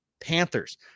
Panthers